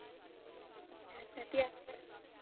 अच्छा अच्छा फ्ही अस